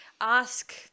ask